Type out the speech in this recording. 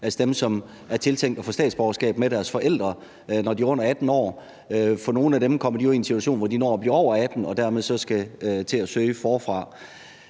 altså dem, som er tiltænkt at få statsborgerskab med deres forældre, når de er under 18 år. Nogle af dem kommer jo i en situation, hvor de når at blive over 18 år og dermed skal til at søge forfra.